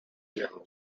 now